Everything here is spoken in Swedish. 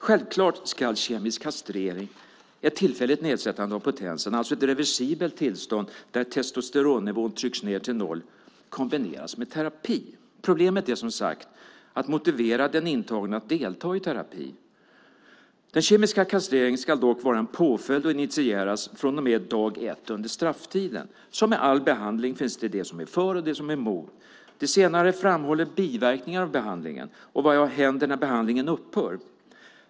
Självklart ska kemisk kastrering, ett tillfälligt nedsättande av potensen, alltså ett reversibelt tillstånd där testosteronnivån trycks ned till noll, kombineras med terapi. Problemet är, som sagt, att motivera den intagne att delta i terapi. Den kemiska kastreringen ska dock vara en påföljd och initieras från och med dag ett under strafftiden. Som med all behandling finns det de som är för och de som är emot. De senare framhåller biverkningar av behandlingen och vad som händer när behandlingen upphör.